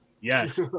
Yes